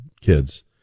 kids